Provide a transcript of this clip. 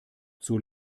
zur